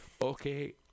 okay